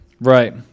Right